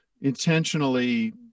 intentionally